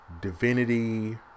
Divinity